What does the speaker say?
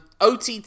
OTT